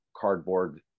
cardboard